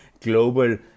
global